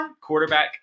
quarterback